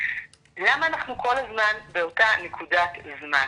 למה אנחנו כל הזמן באותה נקודת זמן?